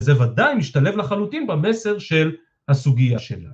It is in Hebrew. זה ודאי משתלב לחלוטין במסר של הסוגיה שלנו.